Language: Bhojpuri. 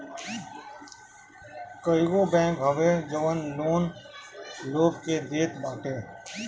कईगो बैंक हवे जवन लोन लोग के देत बाटे